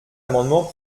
amendement